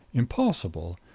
impossible.